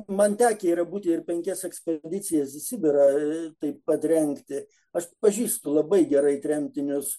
man tekę yra būti ir penkias ekspedicijas į sibirą taip pat rengti aš pažįstu labai gerai tremtinius